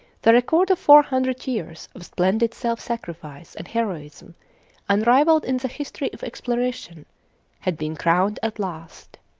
the record of four hundred years of splendid self-sacrifice and heroism unrivalled in the history of exploration had been crowned at last.